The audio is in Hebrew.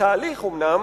בתהליך אומנם,